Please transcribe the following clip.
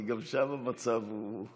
כי גם שם המצב הוא,